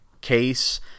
case